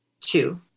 Two